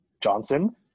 Johnson